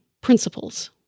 principles